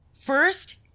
First